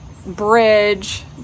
bridge